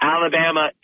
Alabama